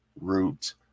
root